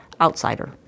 outsider